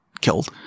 killed